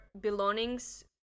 belongings